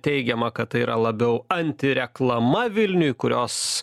teigiama kad tai yra labiau antireklama vilniui kurios